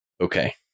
Okay